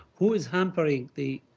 who is hampering the